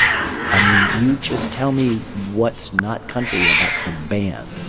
um you just tell me what's not country about the band